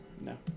No